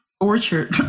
orchard